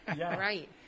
Right